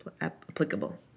applicable